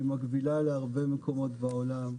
היא מקבילה להרבה מקומות בעולם.